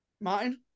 Martin